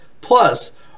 plus